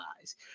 eyes